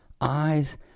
Eyes